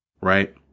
right